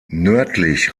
nördlich